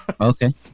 Okay